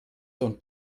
und